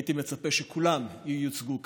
והייתי מצפה שכולם ייוצגו כאן.